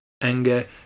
anger